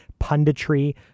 punditry